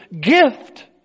gift